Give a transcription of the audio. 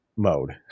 mode